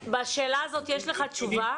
לשאלה הזאת יש לך תשובה?